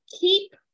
keep